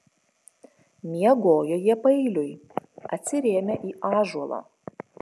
miegojo jie paeiliui atsirėmę į ąžuolą